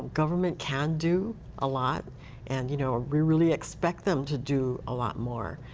government can do a lot and you know, ah we really expect them to do a lot more.